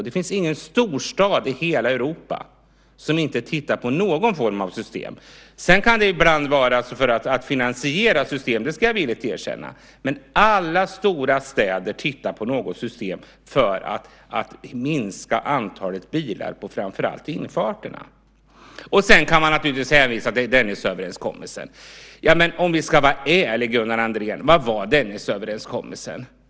Det finns inte en storstad i Europa som inte tittar på någon form av system för att minska antalet bilar. Sedan kan det ibland vara för att finansiera ett system, det ska jag villigt erkänna, men alla stora städer tittar på något system för att minska antalet bilar i framför allt infarterna. Man kan naturligtvis hänvisa till Dennisöverenskommelsen. Men om vi ska vara ärliga, Gunnar Andrén, vad var Dennisöverenskommelsen?